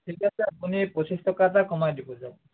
ঠিক আছে আপুনি পঁচিশ টকা এটা কমাই দিব যাওক